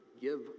give